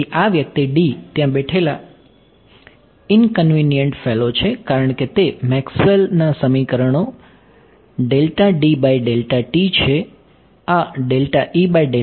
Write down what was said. તેથી આ વ્યક્તિ ત્યાં બેઠેલા ઇનકન્વીનિયંટ ફેલો છે કારણ કે તે મેક્સવેલ ના સમીકરણો છે આ નહિ